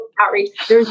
outreach